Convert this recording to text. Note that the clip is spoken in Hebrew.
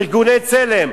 ארגוני צלם.